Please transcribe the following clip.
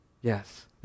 Yes